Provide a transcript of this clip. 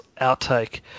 outtake